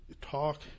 talk